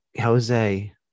Jose